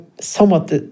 somewhat